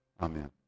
Amen